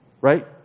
Right